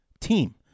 team